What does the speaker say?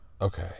Okay